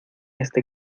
este